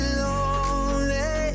lonely